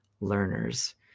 learners